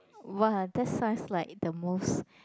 !wah! that science like the most